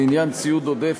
לעניין ציוד עודף,